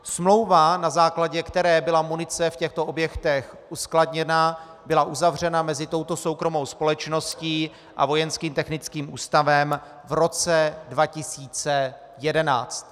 Smlouva, na základě které byla munice v těchto objektech uskladněna, byla uzavřena mezi touto soukromou společností a Vojenským technickým ústavem v roce 2011.